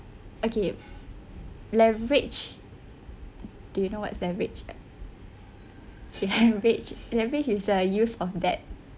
okay leverage do you know what's leverage leverage leverage is the use of debt